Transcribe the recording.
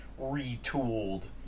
retooled